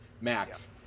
Max